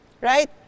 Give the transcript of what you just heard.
Right